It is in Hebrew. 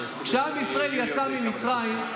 כשעם ישראל יצא ממצרים,